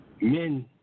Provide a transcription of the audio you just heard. men